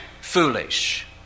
foolish